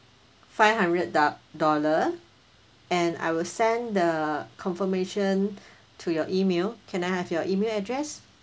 five hundred do~ dollar and I will send the confirmation to your email can I have your email address